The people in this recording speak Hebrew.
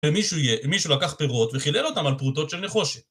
ומישהו לקח פירות וחילל אותן על פרוטות של נחושת